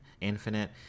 infinite